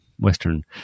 Western